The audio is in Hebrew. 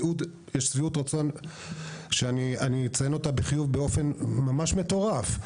יש שביעות רצון שאני אציין אותה בחיוב באופן ממש מטורף.